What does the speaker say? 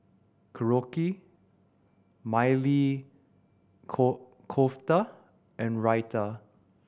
Korokke Maili core Kofta and Raita